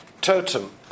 Totem